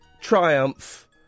triumph